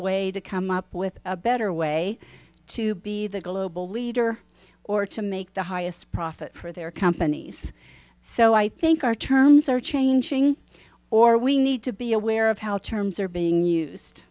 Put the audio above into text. way to come up with a better way to be the global leader or to make the highest profit for their companies so i think our terms are changing or we need to be aware of how terms are being used